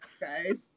Guys